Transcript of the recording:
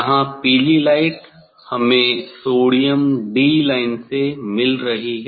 यहां पीली लाइट हमें सोडियम डी लाइन से मिल रही है